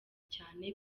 cyane